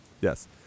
Yes